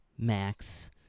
Max